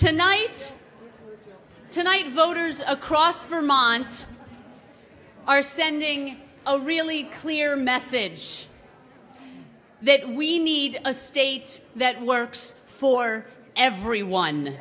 tonight tonight voters across vermont are sending a really clear message that we need a state that works for everyone